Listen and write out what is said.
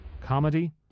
Comedy